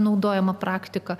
naudojama praktika